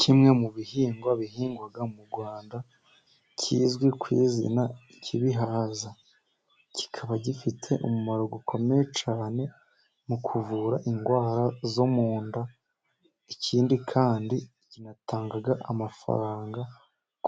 Kimwe mu bihingwa bihingwa mu Rwanda, kizwi ku izina ibihaza, kikaba gifite umumaro ukomeye cyane, mu kuvura indwara zo mu nda, ikindi kandi kinatanga amafaranga、